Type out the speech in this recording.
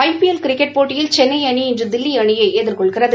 ஐ P L cricket போட்டியில் சென்னை அணி இன்று தில்லி அணியை எதிர்கொள்கிறது